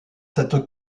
cette